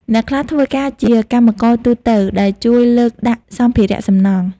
អ្នកខ្លះធ្វើការជាកម្មករទូទៅដែលជួយលើកដាក់សម្ភារៈសំណង់។